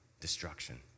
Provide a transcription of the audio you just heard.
destruction